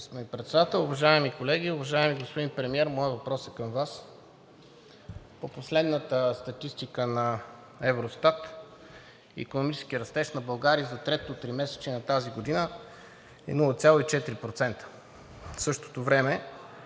Ви, господин Председател. Уважаеми колеги! Уважаеми господин Премиер, моят въпрос е към Вас. По последната статистика на Евростат икономическият растеж на България за третото тримесечие на тази година е 0,4%. В същото време